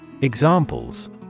Examples